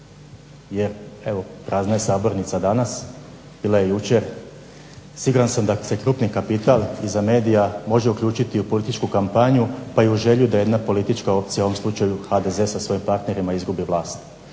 jer evo prazna je sabornica danas, bila je jučer, siguran sam da se krupni kapital iza medija može uključiti u političku kampanju pa i u želju da jedna politička opcija, u ovom slučaju HDZ sa svojim partnerima izgubi vlast.